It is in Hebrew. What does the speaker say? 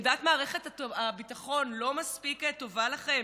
עמדת מערכת הביטחון לא מספיק טובה לכם?